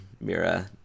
Mira